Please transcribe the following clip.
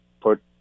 put